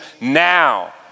now